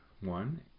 One